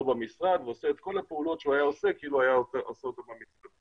במשרד ועושה את כל הפעולות שהוא היה עושה כאילו היה עושה אותן במשרד.